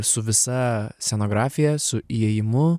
su visa scenografija su įėjimu